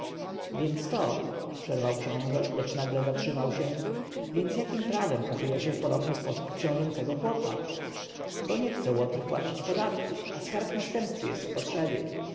więc to przerwał książę lecz nagle zatrzymał się więc jakiem prawem katujecie w podobny sposób książęcego chłopa bo nie chce łotr płacić podatków a skarb następcy jest w potrzebie